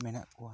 ᱢᱟᱱᱟᱜ ᱠᱚᱣᱟ